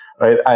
right